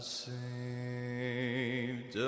saved